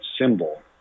symbol